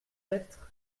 être